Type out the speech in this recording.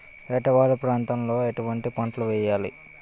ఏటా వాలు ప్రాంతం లో ఎటువంటి పంటలు వేయాలి?